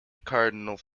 cardinals